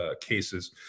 cases